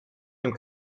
dem